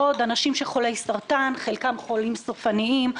- אנשים חולי סרטן שחלקם חולים סופניים,